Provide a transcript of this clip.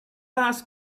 asked